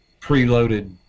preloaded